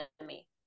enemy